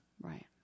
Right